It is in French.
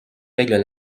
règle